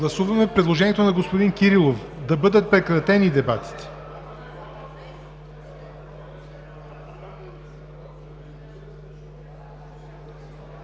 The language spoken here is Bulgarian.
Гласуваме предложението на господин Кирилов да бъдат прекратени дебатите.